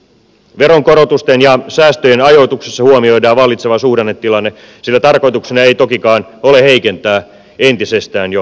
veronkorotusten ja säästöjen ajoituksessa huomioidaan vallitseva suhdannetilanne sillä tarkoituksena ei tokikaan ole heikentää entisestään jo hiipuvaa talouskasvua